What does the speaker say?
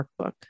workbook